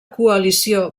coalició